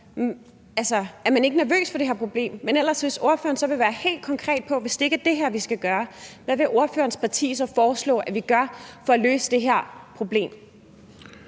tænker: Er man ikke nervøs for det her problem? Men ellers: Hvis ordføreren så vil være helt konkret i forhold til, at hvis det ikke er det her, vi skal gøre, hvad vil ordførerens parti så foreslå at vi gør for at løse det her problem?